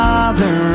Father